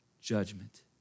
judgment